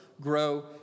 grow